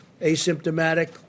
asymptomatic